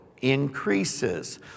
increases